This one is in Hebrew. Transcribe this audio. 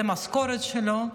זו המשכורת שלו.